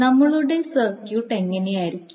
നമ്മളുടെ സർക്യൂട്ട് എങ്ങനെയിരിക്കും